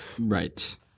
right